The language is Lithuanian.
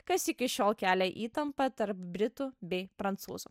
kas iki šiol kelia įtampą tarp britų bei prancūzų